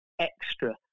extra